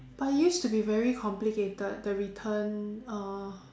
but it used to be very complicated the return uh